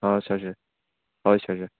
ꯑꯥ sir sir ꯍꯣꯏ sir ꯁꯥꯔ